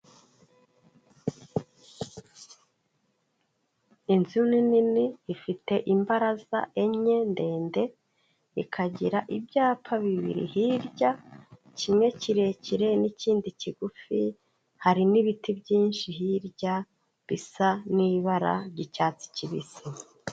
Inzu nini ifite imbaraga enye ndende, ikagira ibyapa bibiri, hirya kimwe kirekire n'ikindi kigufi, hari n'ibiti byinshi hirya bisa n'ibara ry'icyatsi kibisi.